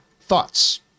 thoughts